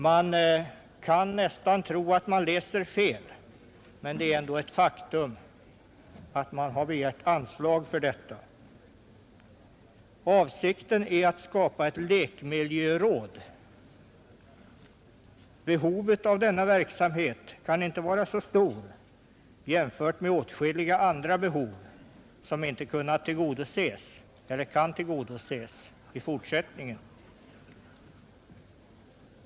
Man kan nästan tro att man läser fel, men det är ändå ett faktum att det har begärts anslag för detta. Avsikten är att skapa ett lekmiljöråd. Behovet av denna verksamhet kan inte vara så stort jämfört med åtskilliga andra behov, som inte kunnat tillgodoses eller kan tillgodoses i fortsättningen.